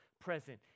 present